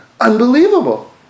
Unbelievable